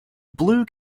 blue